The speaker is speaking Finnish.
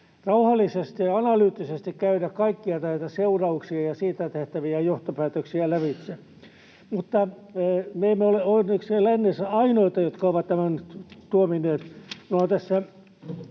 rauhallisesti ja analyyttisesti käydä kaikkia näitä seurauksia ja niistä tehtäviä johtopäätöksiä lävitse. Mutta me emme ole onneksi lännessä ainoita, jotka ovat tämän tuominneet.